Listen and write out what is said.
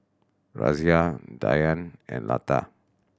Razia Dhyan and Lata